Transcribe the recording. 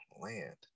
land